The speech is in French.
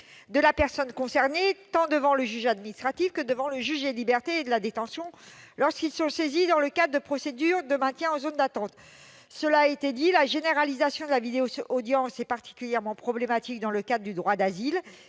de la personne concernée, tant devant le juge administratif que devant le juge des libertés et de la détention lorsque ceux-ci sont saisis dans le cadre de procédures de maintien en zone d'attente. Cela a été dit, la généralisation de la vidéo-audience est particulièrement problématique dans le cadre du droit d'asile